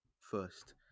first